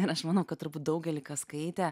ir aš manau kad turbūt daugelį kas skaitė